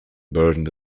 burned